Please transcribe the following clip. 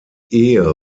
ehe